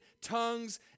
tongues